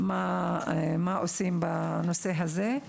מה עושים בנושא הזה?